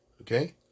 okay